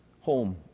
home